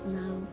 now